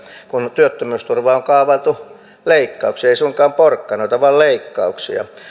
kun työttömyysturvaan on kaavailtu leikkauksia ei suinkaan porkkanoita vaan leikkauksia niin minä